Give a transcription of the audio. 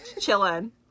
chilling